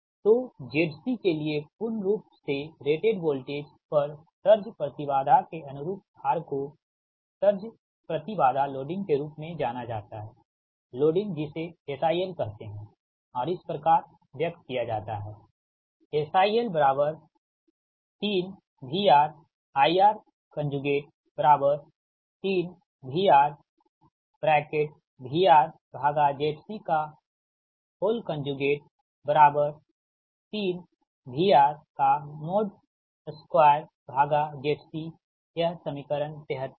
तो ZC के लिए पूर्ण रूप से रेटेड वोल्टेज पर सर्ज प्रति बाधा के अनुरूप भार को सर्ज प्रति बाधा लोडिंग के रूप में जाना जाता है लोडिंग जिसे SIL कहते हैं और इस प्रकार व्यक्त किया जाता है SIL 3VRVRZC 3VR2ZC यह समीकरण 73 है